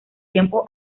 tiempo